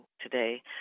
today